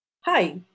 Hi